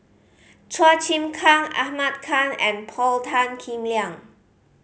Chua Chim Kang Ahmad Khan and Paul Tan Kim Liang